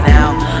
Now